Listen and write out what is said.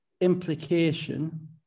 implication